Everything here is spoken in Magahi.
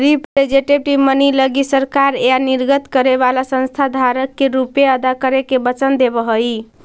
रिप्रेजेंटेटिव मनी लगी सरकार या निर्गत करे वाला संस्था धारक के रुपए अदा करे के वचन देवऽ हई